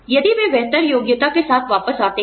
यदि वे बेहतर योग्यता के साथ वापस आते हैं